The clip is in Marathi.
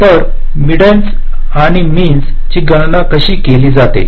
तरमेडीन्स आणि मिनस ची गणना का केली जाते